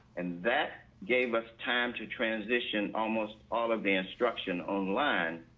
and that gave us time to transition almost all of the instruction online.